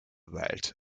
wild